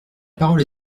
parole